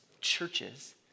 Churches